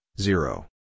zero